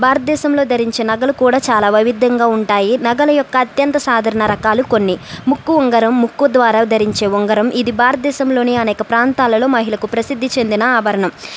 భారతదేశంలో ధరించే నగలు కూడా చాలా వైవిధ్యంగా ఉంటాయి నగలు యొక్క అత్యంత సాధారణ రకాలు కొన్ని ముక్కు ఉంగరం ముక్కు ద్వారా ధరించే ఉంగరం ఇది భారతదేశంలోని అనేక ప్రాంతాలలో మహిళలకు ప్రసిద్ధి చెందిన ఆభరణం